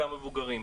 קהל מבוגרים.